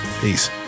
Peace